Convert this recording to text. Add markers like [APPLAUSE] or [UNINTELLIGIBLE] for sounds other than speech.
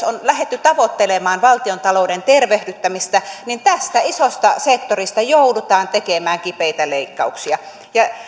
[UNINTELLIGIBLE] on lähdetty tavoittelemaan valtiontalouden tervehdyttämistä niin tästä isosta sektorista joudutaan tekemään kipeitä leikkauksia ja